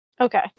Okay